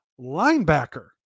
linebacker